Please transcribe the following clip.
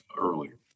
earlier